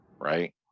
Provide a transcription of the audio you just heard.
Right